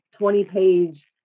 20-page